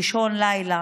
באישון לילה?